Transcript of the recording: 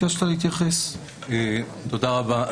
תודה רבה.